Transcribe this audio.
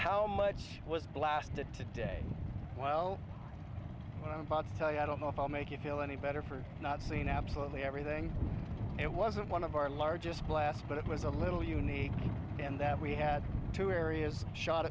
how much was blasted today well i don't want to tell you i don't know if i'll make you feel any better for not seeing absolutely everything it wasn't one of our largest blast but it was a little unique in that we had two areas shot